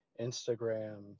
Instagram